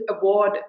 award